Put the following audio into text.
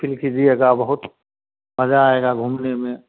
feel कीजिएगा बहुत मजा आएगा घूमने में